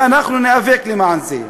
ואנחנו ניאבק למען זה.